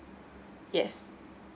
yes